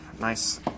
Nice